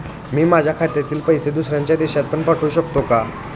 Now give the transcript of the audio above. मी माझ्या खात्यातील पैसे दुसऱ्या देशात पण पाठवू शकतो का?